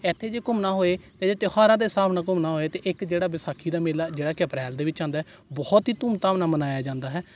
ਇੱਥੇ ਜੇ ਘੁੰਮਣਾ ਹੋਏ ਤਾਂ ਤਿਉਹਾਰਾਂ ਦੇ ਹਿਸਾਬ ਨਾਲ ਘੁੰਮਣਾ ਹੋਏ ਅਤੇ ਇੱਕ ਜਿਹੜਾ ਵਿਸਾਖੀ ਦਾ ਮੇਲਾ ਜਿਹੜਾ ਕਿ ਅਪ੍ਰੈਲ ਦੇ ਵਿੱਚ ਆਉਂਦਾ ਬਹੁਤ ਹੀ ਧੂਮਧਾਮ ਨਾਲ ਮਨਾਇਆ ਜਾਂਦਾ ਹੈ